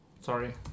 Sorry